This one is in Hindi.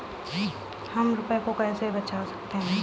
हम रुपये को कैसे बचा सकते हैं?